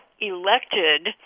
elected